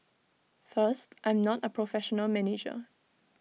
first I'm not A professional manager